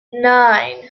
nine